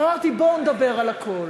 אמרתי: בואו נדבר על הכול.